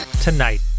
Tonight